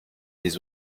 des